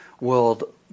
world